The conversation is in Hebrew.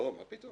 לא, מה פתאום?